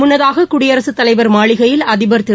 முன்னதாக குடியரசுத் தலைவர் மாளிகையில் அதிபர் திரு